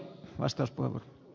arvoisa puhemies